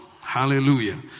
hallelujah